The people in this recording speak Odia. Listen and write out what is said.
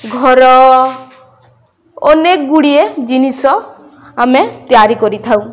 ଘର ଅନେକ ଗୁଡ଼ିଏ ଜିନିଷ ଆମେ ତିଆରି କରିଥାଉ